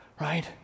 right